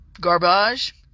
garbage